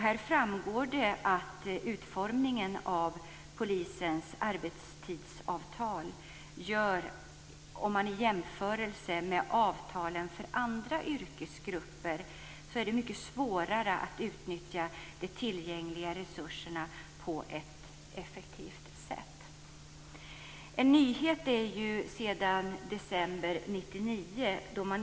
Där framgår det att utformningen av polisens arbetstidsavtal gör att det, i jämförelse med avtalen för andra yrkesgrupper, är mycket svårare att utnyttja de tillgängliga resurserna på ett effektivt sätt. Det finns en nyhet sedan december 1999.